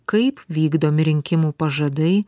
kaip vykdomi rinkimų pažadai